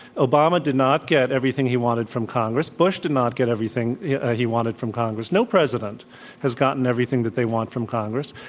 obama did not get everything he wanted from congress. bush did not get everything he wanted from congress. no president has gotten everything that they want from congress.